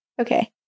Okay